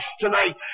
tonight